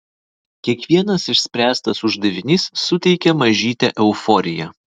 kiekvienas išspręstas uždavinys suteikia mažytę euforiją